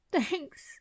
Thanks